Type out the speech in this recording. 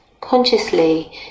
consciously